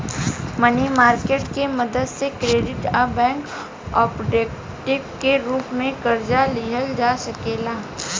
मनी market के मदद से क्रेडिट आ बैंक ओवरड्राफ्ट के रूप में कर्जा लिहल जा सकेला